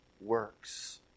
works